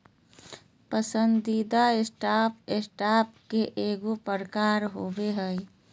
पसंदीदा stock, stock के एगो प्रकार होबो हइ